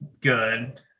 good